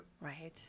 right